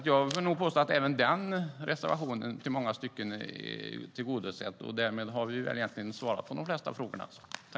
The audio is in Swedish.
Jag vill påstå att även den reservationen i många stycken är tillgodosedd. Därmed har vi nog svarat på de flesta frågorna.